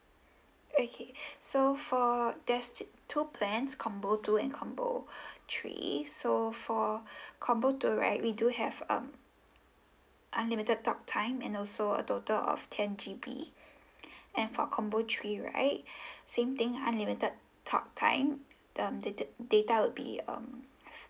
okay so for there's this two plans combo two and combo three so for combo two right we do have um unlimited talk time and also a total of ten G_B and for combo three right same thing unlimited talk time um dated data would be um